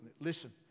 Listen